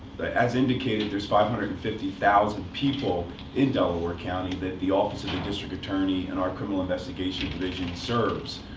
as indicated, there's five hundred fifty thousand people in delaware county that the office of the district attorney, and our criminal investigation division, serves.